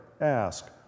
ask